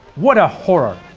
what a horror!